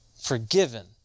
Forgiven